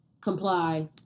comply